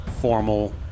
formal